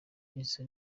izo